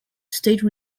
state